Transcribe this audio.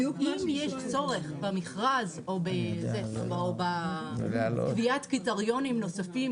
אם יש צורך במכרז או בקביעת קריטריונים נוספים